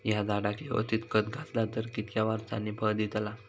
हया झाडाक यवस्तित खत घातला तर कितक्या वरसांनी फळा दीताला?